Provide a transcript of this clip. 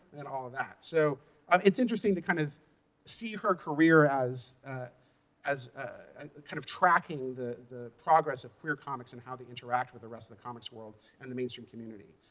and all of that. so um it's interesting to kind of see her career as as ah kind of tracking the the progress of queer comics and how they interact with the rest of the comics world and the mainstream community.